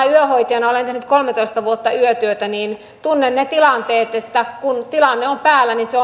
yöhoitajana olen tehnyt kolmetoista vuotta yötyötä tunnen ne tilanteet ja kun tilanne on päällä niin se